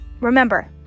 remember